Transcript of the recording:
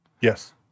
Yes